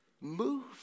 move